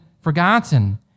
forgotten